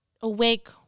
awake